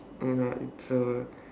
ya lah it's a